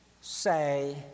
say